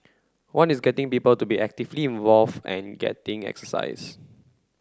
one is getting people to be actively involve and getting exercise